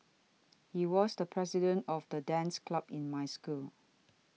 he was the president of the dance club in my school